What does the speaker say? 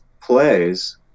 plays